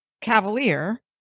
Cavalier